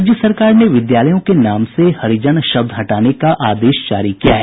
राज्य सरकार ने विद्यालयों के नाम से हरिजन शब्द हटाने का आदेश जारी किया है